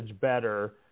better